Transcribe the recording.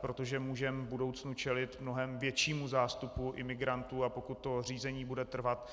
Protože můžeme v budoucnu čelit mnohem většímu zástupu imigrantů, a pokud to řízení bude trvat